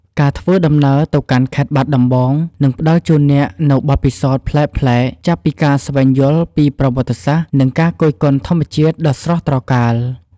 ការធ្វើដំណើរទៅកាន់ខេត្តបាត់ដំបងនឹងផ្តល់ជូនអ្នកនូវបទពិសោធន៍ប្លែកៗ ចាប់ពីការស្វែងយល់ពីប្រវត្តិសាស្ត្រ និងការគយគន់ធម្មជាតិដ៏ស្រស់ត្រកាល។